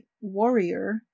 warrior